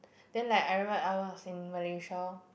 then like I remembered I was in Malaysia